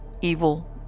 evil